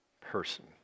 person